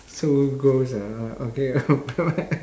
so gross ah orh okay